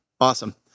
Awesome